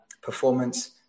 performance